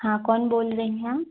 हाँ कौन बोल रही हैं आप